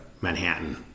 manhattan